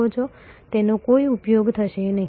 તેનો કોઈ ઉપયોગ થશે નહીં